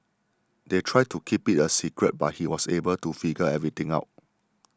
they tried to keep it a secret but he was able to figure everything out